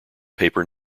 paper